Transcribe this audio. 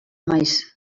maiz